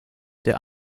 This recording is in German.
der